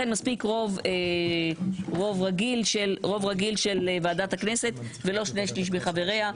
מספיק רוב רגיל של ועדת הכנסת ולא שני שליש מחבריה.